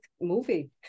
movie